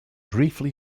briefly